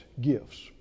gifts